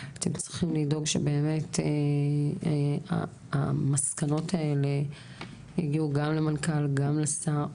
אתם צריכים לבדוק שבאמת המסקנות האלה יגיעו גם למנכ"ל וגם לשר,